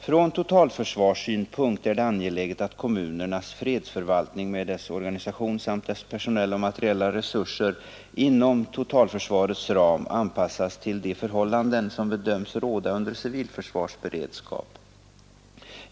Från totalförsvarssynpunkt är det angeläget att kommunernas fredsförvaltning — med dess organisation samt dess personella och materiella resurser — inom totalförsvarets ram anpassas till de förhållanden, som bedöms råda under civilförsvarsberedskap.